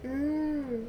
mm